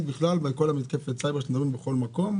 בכלל בכל מתקפת הסייבר שמדברים בכל מקום,